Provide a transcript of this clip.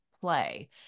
play